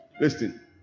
listen